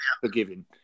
forgiving